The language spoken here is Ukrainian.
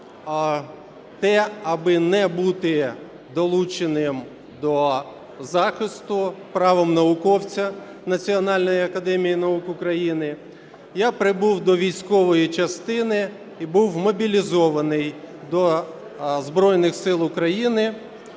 те, аби не бути долученим до захисту, правом науковця Національної академії наук України. Я прибув до військової частини і був мобілізований до Збройних сил України,